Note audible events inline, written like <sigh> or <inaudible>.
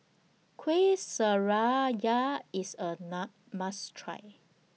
Kueh <unintelligible> IS A Na must Try